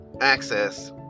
access